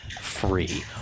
free